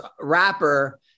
rapper